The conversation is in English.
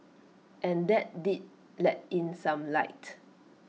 and that did let in some light